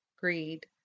greed